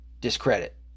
discredit